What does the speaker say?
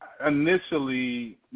initially